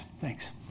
thanks